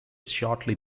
shortly